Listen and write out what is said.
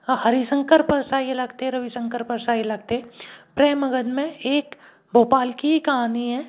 हरिशंकर परसाई ये लगते रविशंकर परसाई लगते प्रेमगन मे एक भोपाल की कहानी है